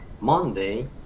Monday